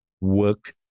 work